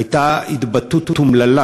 הייתה התבטאות אומללה